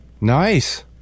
Nice